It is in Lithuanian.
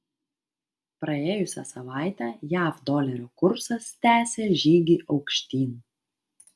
praėjusią savaitę jav dolerio kursas tęsė žygį aukštyn